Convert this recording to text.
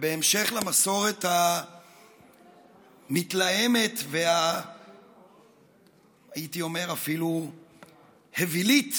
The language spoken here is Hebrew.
ובהמשך למסורת המתלהמת והייתי אומר אפילו אווילית